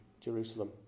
Jerusalem